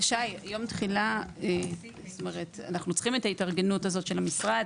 אנחנו צריכים את ההתארגנות הזאת של המשרד.